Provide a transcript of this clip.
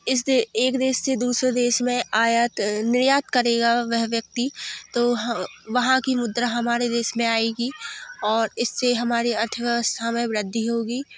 इससे एक देश से दूसरे देश में आयात निर्यात करेगा वह व्यक्ति तो ह वहाँ की मुद्रा हमारे देश में आएगी और इससे हमारी अर्थव्यवस्था में वृद्धि होगी